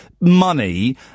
money